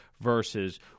versus